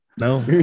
No